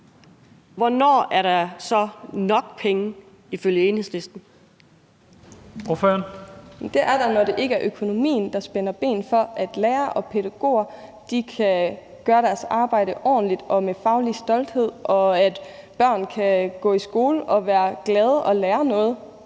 Kl. 13:44 Anne Hegelund (EL): Det er der, når det ikke er økonomien, der spænder ben for, at lærere og pædagoger kan gøre deres arbejde ordentligt og med faglig stolthed, og at børn kan gå i skole og være glade og lære noget.